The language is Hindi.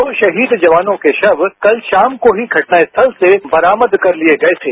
दो शहीद जवानों के शव कल शाम को ही घटनास्थल से बरामद कर लिए गए थे